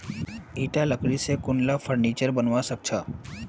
ईटा लकड़ी स कुनला फर्नीचर बनवा सख छ